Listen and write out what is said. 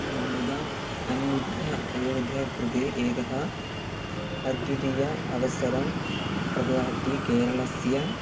गम्यतान्मुख अयोध्याकृते एकम् अद्वितीयम् अवसरं प्रददाति केरळस्य